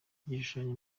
igishushanyo